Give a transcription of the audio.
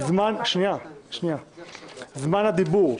זמן הדיבור,